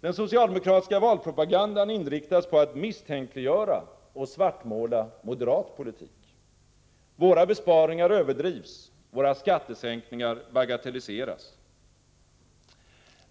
Den socialdemokratiska valpropagandan inriktas på att misstänkliggöra och svartmåla moderat politik. Våra besparingar överdrivs, våra skattesänkningar bagatelliseras.